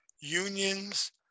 unions